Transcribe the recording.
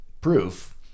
proof